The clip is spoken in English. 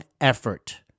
effort